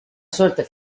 suerte